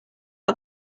got